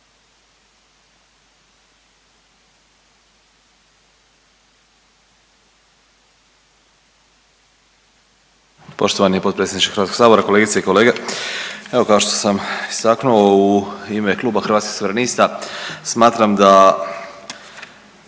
Poštovani potpredsjedniče Hrvatskog sabora, kolegice i kolege, evo kao što sam istaknuo u ime Kluba Hrvatskih suverenista smatram da